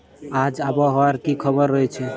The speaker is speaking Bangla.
আজ আবহাওয়ার কি খবর রয়েছে?